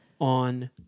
on